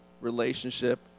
relationship